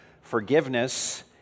forgiveness